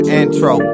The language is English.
intro